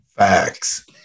Facts